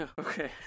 okay